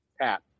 Pat